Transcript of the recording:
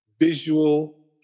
visual